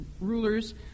rulers